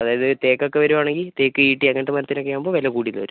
അതായത് തേക്ക് ഒക്കെ വരുവാണെങ്കിൽ തേക്ക് ഈട്ടി അങ്ങനത്തെ മരത്തിനൊക്കെ ആവുമ്പം വില കൂടി എന്ന് വരും